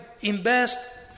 invest